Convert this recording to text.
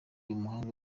umuhanga